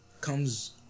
comes